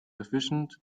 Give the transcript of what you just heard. efficient